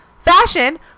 fashion